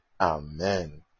Amen